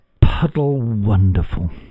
puddle-wonderful